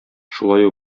шулай